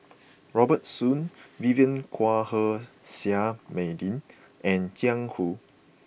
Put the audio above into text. Robert Soon Vivien Quahe Seah Mei Lin and Jiang Hu